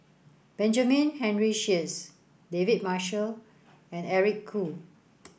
Benjamin Henry Sheares David Marshall and Eric Khoo